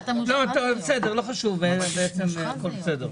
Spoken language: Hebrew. לא חשוב, הכול בסדר.